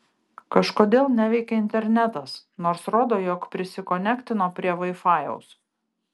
kažkodėl neveikia internetas nors rodo jog prisikonektino prie vaifajaus